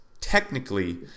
technically